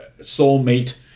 soulmate